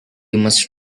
must